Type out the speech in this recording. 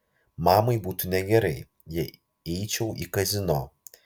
mamai būtų negerai jei eičiau į kazino